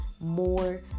more